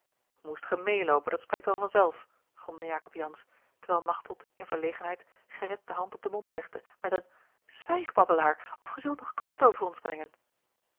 moest ge meêloopen dat spreekt wel van zelf gromde jacob jansz terwijl machteld in verlegenheid gerrit de hand op den mond legde met een zwijg babbelaar of ge zult nog kwaad over ons brengen